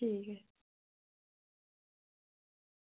ठीक